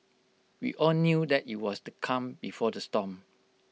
we all knew that IT was the calm before the storm